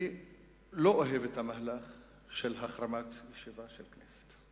שאני לא אוהב את המהלך של החרמת ישיבת כנסת.